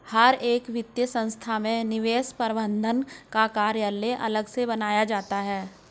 हर एक वित्तीय संस्था में निवेश प्रबन्धन का कार्यालय अलग से बनाया जाता है